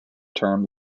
term